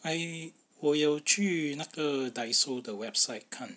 I 我有去那个 daiso 的 website 看